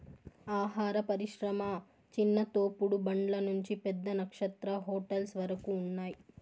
ఆహార పరిశ్రమ చిన్న తోపుడు బండ్ల నుంచి పెద్ద నక్షత్ర హోటల్స్ వరకు ఉన్నాయ్